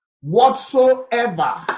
whatsoever